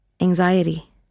anxiety